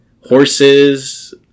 Horses